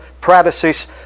practices